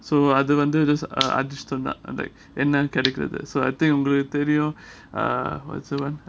so அது வந்து:adhu vandhu just அதிர்ஷ்டம் தான்:athirstam than like அது கிடைக்கிறது:adhu kedaikurathu so I உங்களுக்கு தெரியும்:ungaluku therium uh what's the one